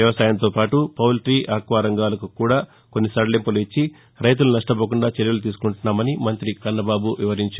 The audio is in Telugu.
వ్యవసారుంతో పాటు పౌర్టీ ఆక్వా రంగాలకు కూడా కొన్ని సడలింపులు ఇచ్చి రైతులు నష్టపోకుండా చర్యలు తీసుకుంటున్నామని మంతి కన్నబాబు పేర్కొన్నారు